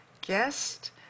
guest